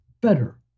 Better